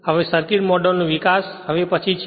હવે સર્કિટ મોડેલનો વિકાસ હવે પછી છે